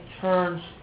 turns